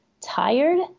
tired